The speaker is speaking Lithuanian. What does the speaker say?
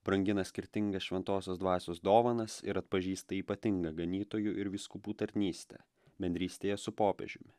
brangina skirtingas šventosios dvasios dovanas ir atpažįsta ypatinga ganytojų ir vyskupų tarnystę bendrystėje su popiežiumi